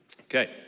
Okay